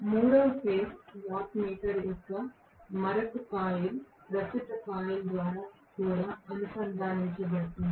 మూడవ phase watt meter యొక్క మరొక ప్రస్తుత కాయిల్ ద్వారా కూడా అనుసంధానించబడుతుంది